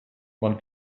man